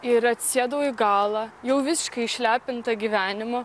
ir atsisėdau į galą jau visiškai išlepinta gyvenimo